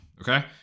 okay